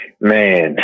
Man